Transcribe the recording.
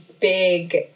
Big